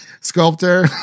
sculptor